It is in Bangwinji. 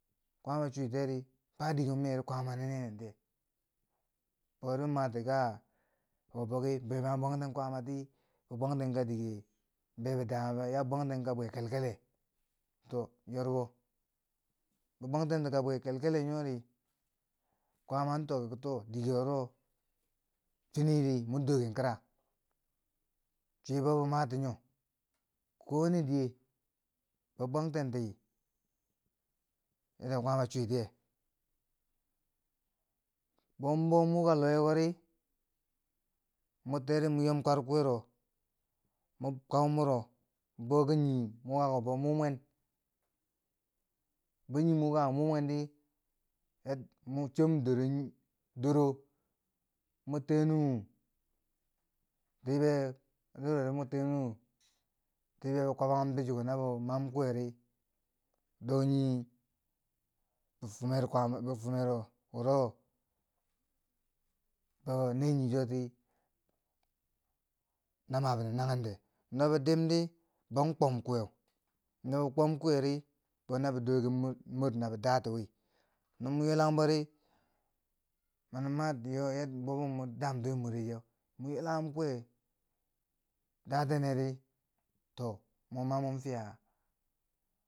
Kwaama cwitiyeri, ba dike momeri kwama mani nee nentiye bomun mati ka wo biki ba bwangten kwaamati ba bwangten ka dike be bi taberi, ba bwangten ka bwekelkele, to yorbo, bi bwangten ti ka bwekelkele nyori, kwaama an tokki ki too dike wuro, fini ri mwan dooken kraa. Chwibo ba mati nyo, kowane diye ba bwangtenti yadda kwaama cwitiye bou mo bo muuka luwekori mo terum mo yom kwar kuwero mo kau muro bo ki nii bukako muu mwen, di nii mukako muu mwen di, a mo chwom doro nyii dor mo tiyenuu tibe bo chikori mutenuu tibe bi kwabanghum ti chiko na bi mam kuwe ri, doo nii bifumer kwa- bifumero wuro too a nee nii chuwoti, na am ma binen nanghen deu, no bi diim di, ban kwom kuwe, no bi kwom kuweri, bo na bo dooken mor na bo daati wi, no mo yulang bori mani ma eh- ya- bo ba daamti wi more cheu, mu yulanghum kuwe daatenneri, to mo mamwan fiya.